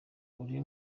uri